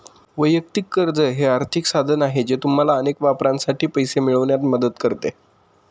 वैयक्तिक कर्ज हे एक आर्थिक साधन आहे जे तुम्हाला अनेक वापरांसाठी पैसे मिळवण्यात मदत करते